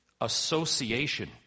Association